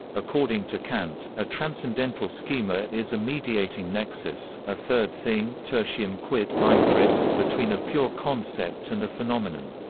according to kant, a transcendental schema is a mediating nexus, a third thing tertium quid ein drittes, between a pure concept and a phenomenon.